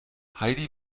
heidi